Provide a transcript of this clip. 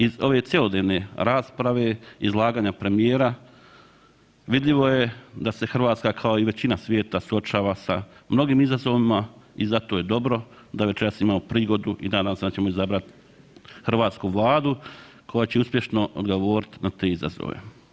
Iz ove cjelodnevne rasprave, izlaganja premijera, vidljivo je da se Hrvatska kao i većina svijeta suočava sa mnogim izazovima i zato je dobro da večeras imamo prigodu i danas da ćemo izabrati hrvatsku Vladu koja će uspješno odgovoriti na te izazove.